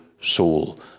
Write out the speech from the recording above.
soul